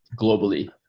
globally